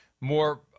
more